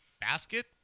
basket